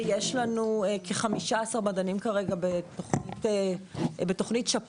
ויש לנו כ-15 מדענים כרגע בתוכנית שפירא.